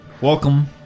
Welcome